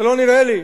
זה לא נראה לי.